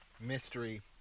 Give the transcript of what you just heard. mystery